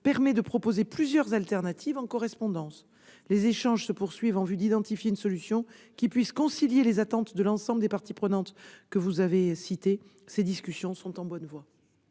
permet de proposer plusieurs possibilités en correspondance. Les échanges se poursuivent en vue d'identifier une solution qui puisse concilier les attentes de l'ensemble des parties prenantes ; ces discussions sont en bonne voie.